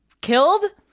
killed